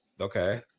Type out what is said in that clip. okay